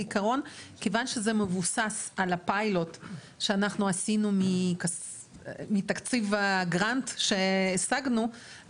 כיוון שזה מבוסס על הפיילוט שאנחנו עשינו מתקציב הגרנד שהשגנו,